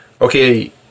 okay